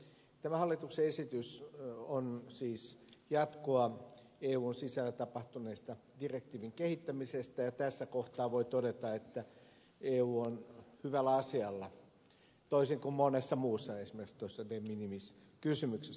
tämä hallituksen esitys on siis jatkoa eun sisällä tapahtuneelle direktiivin kehittämiselle ja tässä kohtaa voi todeta että eu on hyvällä asialla toisin kuin monessa muussa esimerkiksi de minimis kysymyksessä